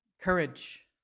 courage